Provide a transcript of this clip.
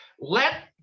Let